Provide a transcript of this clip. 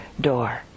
door